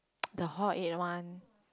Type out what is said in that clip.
the hall eight one